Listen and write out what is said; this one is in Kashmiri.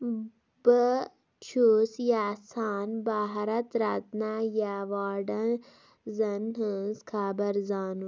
بہٕ چھُس یژھان بھارت رتنا اٮ۪واڈَن زَن ہٕنٛز خبر زانُن